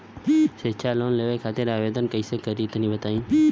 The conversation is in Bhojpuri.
शिक्षा लोन लेवे खातिर आवेदन कइसे करि तनि बताई?